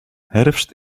herfst